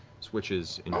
switches and